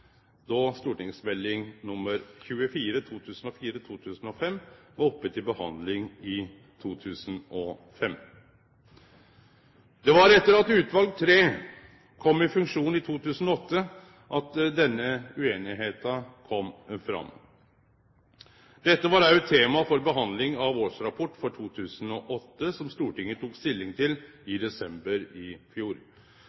då St.meld. nr. 24 for 2004–2005 var oppe til behandling i 2005. Det var etter at utval III kom i funksjon i 2008 at denne ueinigheita kom fram. Dette var også tema for behandlinga av årsrapporten for 2008, som Stortinget tok stilling til i